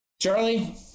Charlie